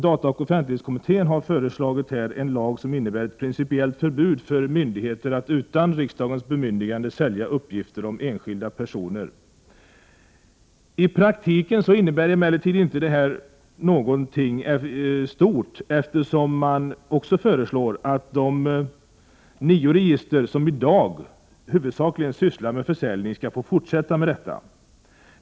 Dataoch offentlighetskommittén har föreslagit en lag som medför ett principiellt förbud för myndigheter att utan riksdagens bemyndigande sälja uppgifter om enskilda personer. I praktiken innebär emellertid inte det någonting stort, eftersom man också föreslår att de nio register som i dag huvudsakligen sysslar med försäljning skall få fortsätta med detta.